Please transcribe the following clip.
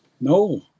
No